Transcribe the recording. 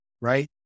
right